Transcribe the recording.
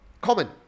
common